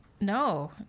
no